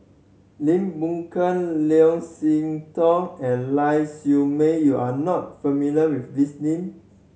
Lim Boon Keng Leo See Tong and Lau Siew Mei you are not familiar with these name